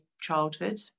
childhood